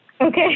okay